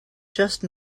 just